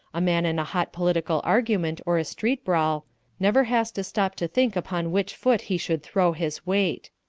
a man in a hot political argument or a street brawl never has to stop to think upon which foot he should throw his weight.